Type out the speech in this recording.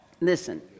Listen